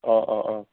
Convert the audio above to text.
অঁ অঁ অঁ